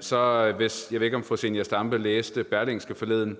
så ved jeg ikke, om fru Zenia Stampe læste Berlingske forleden,